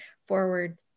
forward